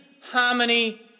harmony